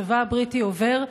הצבא הבריטי עובר,